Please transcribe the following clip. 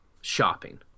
shopping